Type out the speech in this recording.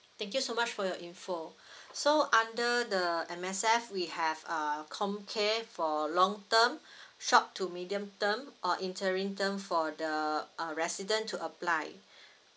thank you so much for your info so under the M_S_F we have uh comcare for long term short to medium term or interim term for the uh resident to apply